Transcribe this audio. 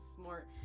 smart